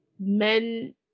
Men